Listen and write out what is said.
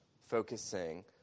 focusing